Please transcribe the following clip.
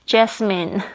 ,Jasmine, (